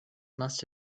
must